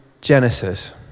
Genesis